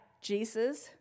Jesus